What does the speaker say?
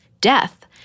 death